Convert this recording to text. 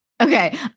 Okay